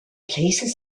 places